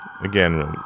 Again